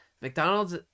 McDonald's